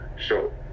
show